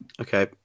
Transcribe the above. Okay